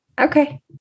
okay